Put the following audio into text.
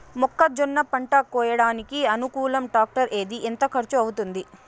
మొక్కజొన్న పంట కోయడానికి అనుకూలం టాక్టర్ ఏది? ఎంత ఖర్చు అవుతుంది?